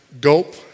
Gulp